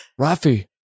Rafi